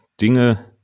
Dinge